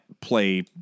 play